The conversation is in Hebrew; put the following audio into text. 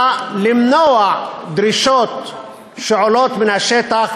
בא למנוע דרישות שעולות מן השטח,